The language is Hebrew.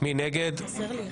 מי נמנע?